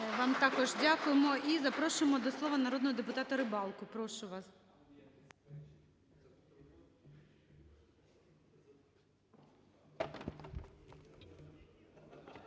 Вам також дякуємо. І запрошуємо до слова народного депутата Рибалку. Прошу вас.